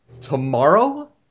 tomorrow